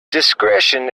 discretion